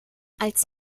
als